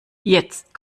jetzt